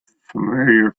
familiar